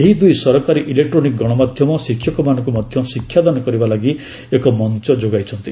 ଏହି ଦୁଇ ସରକାରୀ ଇଲେକ୍ଟ୍ରୋନିକ୍ ଗଣମାଧ୍ୟମ ଶିକ୍ଷକମାନଙ୍କୁ ମଧ୍ୟ ଶିକ୍ଷାଦାନ କରିବା ଲାଗି ଏକ ମଞ୍ଚ ଯୋଗାଇଛନ୍ତି